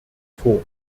vor